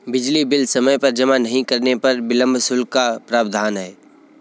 बिजली बिल समय पर जमा नहीं करने पर विलम्ब शुल्क का प्रावधान है